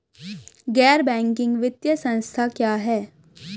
गैर बैंकिंग वित्तीय संस्था क्या है?